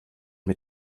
mit